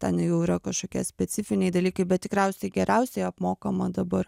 ten jau yra kažkokie specifiniai dalykai bet tikriausiai geriausiai apmokama dabar